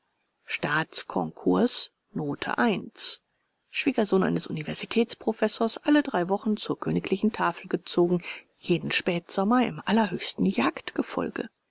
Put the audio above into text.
staatskonkurs note eins schwiegersohn eines universitätsprofessors alle drei wochen zur königlichen tafel gezogen jeden spätsommer im allerhöchsten